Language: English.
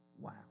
wow